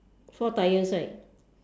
four tyres right